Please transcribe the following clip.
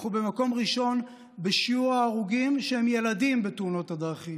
אנחנו במקום ראשון בשיעור ההרוגים שהם ילדים בתאונות הדרכים.